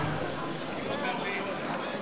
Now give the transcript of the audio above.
החיילים.